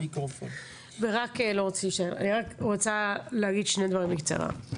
שני דברים בקצרה: